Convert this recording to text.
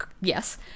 yes